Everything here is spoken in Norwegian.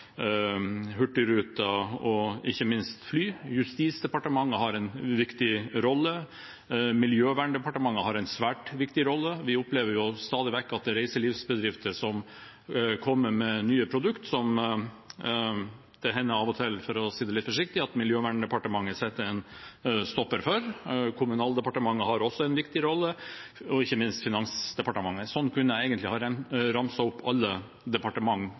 Hurtigruten, og ikke minst fly. Justisdepartementet har en viktig rolle. Klima- og miljødepartementet har en svært viktig rolle. Vi opplever jo stadig vekk at reiselivsbedrifter kommer med nye produkter som det hender av og til – for å si det litt forsiktig – at Klima- og Miljødepartementet setter en stopper for. Kommunaldepartementet har også en viktig rolle, og ikke minst Finansdepartementet. Slik kunne jeg egentlig ha ramset opp alle